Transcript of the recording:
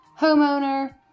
homeowner